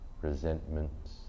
resentments